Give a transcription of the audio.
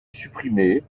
supprimez